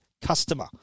customer